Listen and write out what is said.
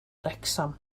wrecsam